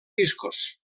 discos